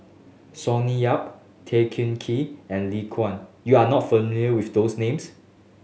Sonny Yap Tan Kah Kee and Lee Kang you are not familiar with those names